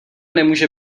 nemůže